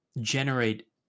generate